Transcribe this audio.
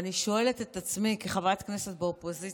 ואני שואלת את עצמי כחברת כנסת באופוזיציה,